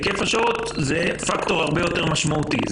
היקף השעות הוא פקטור הרבה יותר משמעותי.